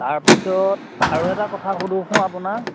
তাৰপিছত আৰু এটা কথা সুধোঁ সোঁ আপোনাক